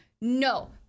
No